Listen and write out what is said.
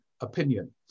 opinion